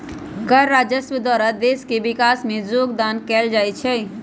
कर राजस्व द्वारा देश के विकास में जोगदान कएल जाइ छइ